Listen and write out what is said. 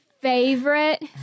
favorite